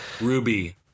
Ruby